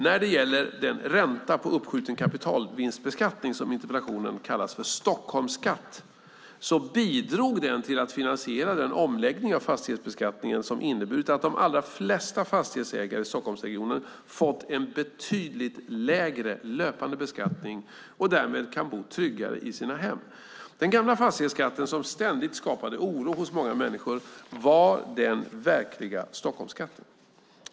När det gäller den ränta på uppskjuten kapitalvinstbeskattning som i interpellationen kallas för Stockholmsskatt bidrog den till att finansiera den omläggning av fastighetsbeskattningen som inneburit att de allra flesta fastighetsägare i Stockholmsregionen fått en betydligt lägre löpande beskattning och därmed kan bo tryggare i sina hem. Den gamla fastighetsskatten som ständigt skapade oro hos många människor var den verkliga Stockholmsskatten.